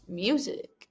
music